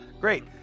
Great